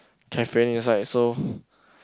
cafes like so